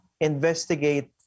investigate